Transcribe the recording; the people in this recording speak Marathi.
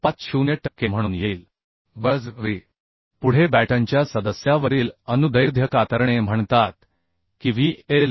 50 टक्के म्हणून येईल पुढे बॅटनच्या सदस्यावरील लॉन्जिट्युडिनल शिअर म्हणतात की V L